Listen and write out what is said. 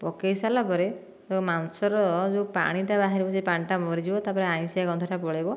ପକେଇ ସାରିଲା ପରେ ଆଉ ମାଂସର ଯେଉଁ ପାଣିଟା ବାହାରିବ ସେହି ପାଣିଟା ମରିଯିବ ତାପରେ ଆଇଁଷିଆ ଗନ୍ଧଟା ପଳେଇବ